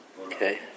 Okay